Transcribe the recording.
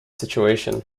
situation